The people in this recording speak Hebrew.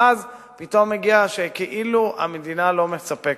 ואז פתאום כאילו המדינה לא מספקת.